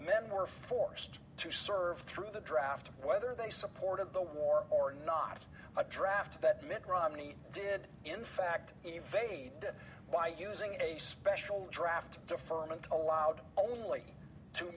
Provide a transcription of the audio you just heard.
men were forced to serve through the draft whether they supported the war or not a draft that mitt romney did in fact evaded by using a special draft deferment allowed only two